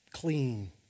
clean